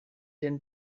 den